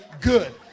good